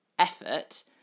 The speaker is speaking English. effort